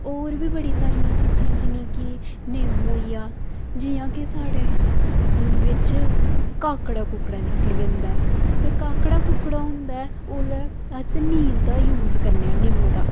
होर बी बड़ियां सारियां चीजां न जियां कि निम्म होई गेआ जियां के साढ़े बिच्च काकड़ा कुकड़ा निकली जंदा ते काकड़ा कुकड़ा होंदा ऐ ओल्लै अस नीम दा यूज करने आं निम्म दा